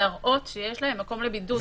להראות שיש להם מקום לבידוד.